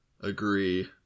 agree